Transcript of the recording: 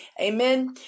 Amen